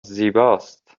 زیباست